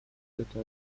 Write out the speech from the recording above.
دوتا